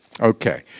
Okay